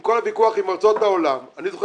עם כל הוויכוח עם ארצות העולם אני זוכר